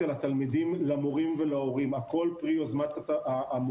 אני מחפש מורה לכתיבה יוצרת או פילוסופיה,